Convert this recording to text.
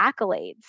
accolades